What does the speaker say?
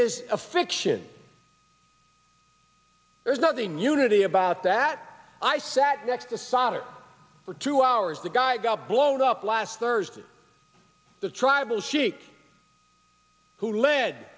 is a fiction there's nothing unity about that i sat next to solder for two hours the guy got blowed up last thursday the tribal sheik who led